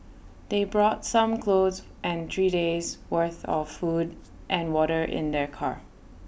they brought some clothes and three days' worth of food and water in their car